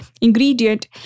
ingredient